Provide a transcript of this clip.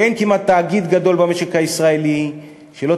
שאין כמעט תאגיד גדול במשק הישראלי שלא